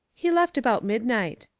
he left about midnight.